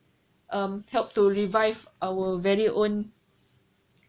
err help to revive our very own